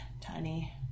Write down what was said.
Tiny